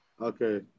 Okay